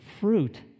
fruit